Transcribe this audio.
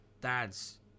Dad's